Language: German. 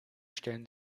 stellen